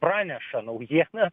praneša naujieną